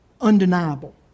undeniable